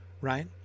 right